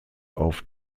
auf